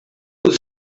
also